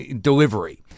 delivery